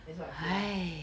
that's what I feel lah